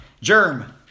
Germ